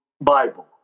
Bible